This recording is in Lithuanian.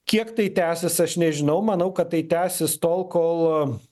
kiek tai tęsis aš nežinau manau kad tai tęsis tol kol